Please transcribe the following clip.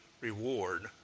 reward